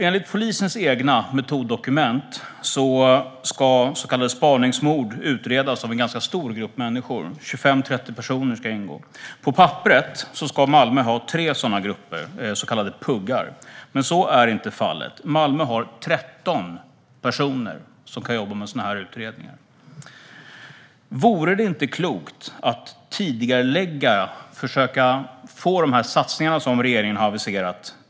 Enligt polisens egna metoddokument ska så kallade spaningsmord utredas av en ganska stor grupp människor; 25-30 personer ska ingå. På papperet ska Malmö ha tre sådana grupper, så kallade PUG-grupper. Så är dock inte fallet, utan Malmö har 13 personer som kan jobba med sådana här utredningar. Vore det inte klokt att tidigarelägga de satsningar regeringen har aviserat?